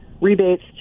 Rebates